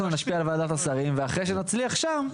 אנחנו נשפיע על ועדת השרים ואחרי שנצליח שם,